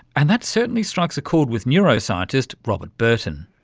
and that certainly strikes a chord with neuroscientist robert burton.